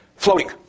Floating